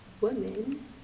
woman